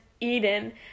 eden